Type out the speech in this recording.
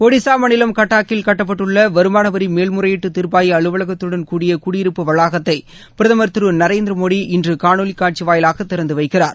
ஒடிசா மாநிலம் கட்டாக்கில் கட்டப்பட்டுள்ள வருமான வரி மேல்முறையீட்டு தீர்ப்பாய அலுவலகத்துடன் கூடிய குடியிருப்பு வளாகத்தை பிரதம் திரு நரேந்திர மோடி இன்று காணொலி காட்சி வாயிலாக திறந்து வைக்கிறார்